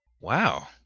Wow